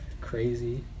crazy